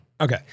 Okay